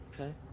Okay